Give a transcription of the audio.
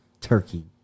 turkey